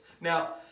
Now